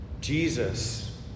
Jesus